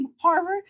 Harvard